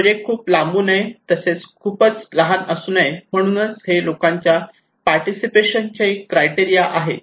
project खूप लांबू नये तसेच खूपच लहान असू नये म्हणूनच हे लोकांच्या पार्टिसिपेशनचे क्राइटेरिया आहेत